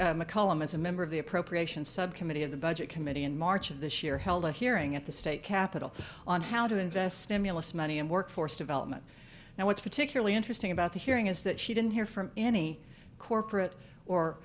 mccollum is a member of the appropriations subcommittee of the budget committee in march of this year held a hearing at the state capitol on how to invest stimulus money in workforce development and what's particularly interesting about the hearing is that she didn't hear from any corporate or